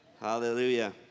Hallelujah